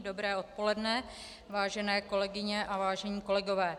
Dobré odpoledne, vážené kolegyně a vážení kolegové.